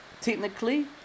technically